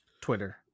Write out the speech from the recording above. Twitter